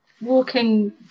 walking